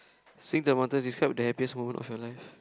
sing to the mountains describe the happiest moment of your life